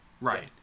Right